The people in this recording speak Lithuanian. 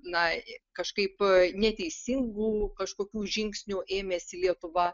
na kažkaip neteisingų kažkokių žingsnių ėmėsi lietuva